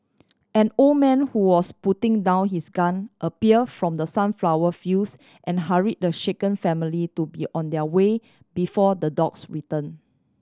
an old man who was putting down his gun appear from the sunflower fields and hurry the shaken family to be on their way before the dogs return